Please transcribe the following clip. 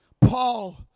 Paul